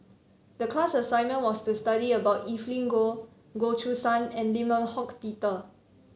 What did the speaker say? the class assignment was to study about Evelyn Goh Goh Choo San and Lim Eng Hock Peter